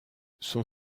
son